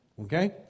Okay